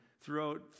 throughout